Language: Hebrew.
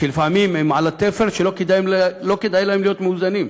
שלפעמים הן על התפר, שלא כדאי להן להיות מאוזנות,